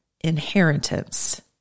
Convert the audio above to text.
inheritance